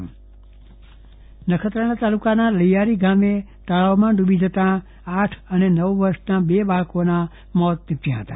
ચંદ્રવદન પટ્ટણી તળાવમાં ડૂબતા મોત નખત્રાણા તાલુકાના લૈયારી ગામે તળાવમાં ડૂબી જતાં આઠ અને નવ વર્ષના બે બાળકોના મોત નીપજ્યા હતા